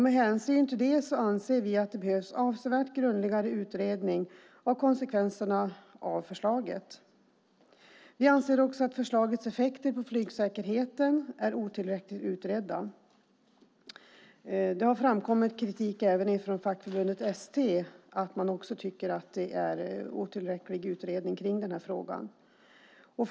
Med hänsyn till det anser vi att det behövs avsevärt grundligare utredning av konsekvenserna av förslaget. Vi anser också att förslagets effekter på flygsäkerheten är otillräckligt utredda. Det har framkommit kritik även från fackförbundet ST, som tycker att utredningen av frågan är otillräcklig.